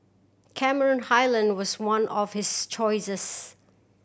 Cameron Highland was one of his choices